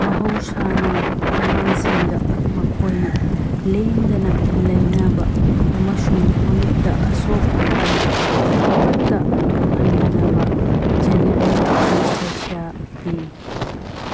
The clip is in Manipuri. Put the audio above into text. ꯃꯍꯧꯁꯥꯅ ꯑꯉꯥꯡꯁꯤꯡꯗ ꯃꯈꯣꯏꯅ ꯂꯦꯡꯗꯅ ꯂꯩꯅꯕ ꯑꯃꯁꯨꯡ ꯃꯃꯤꯠꯇ ꯑꯁꯣꯛ ꯑꯄꯟ ꯑꯃꯠꯇ ꯊꯣꯛꯍꯟꯗꯅꯕ ꯖꯦꯅꯔꯦꯜ ꯑꯦꯅꯦꯁꯊꯦꯁꯤꯌꯥ ꯄꯤ